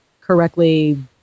correctly